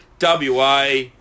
WA